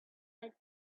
but